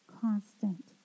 constant